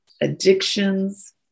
addictions